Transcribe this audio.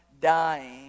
dying